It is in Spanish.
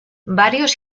varios